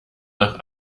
nach